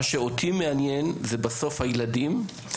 מה שמעניין אותי בסוף זה הילדים.